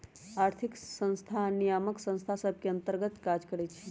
आर्थिक संस्थान नियामक संस्था सभ के अंतर्गत काज करइ छै